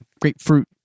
Grapefruit